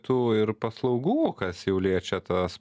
tų ir paslaugų kas jau liečia tas